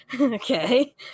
okay